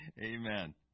Amen